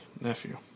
Nephew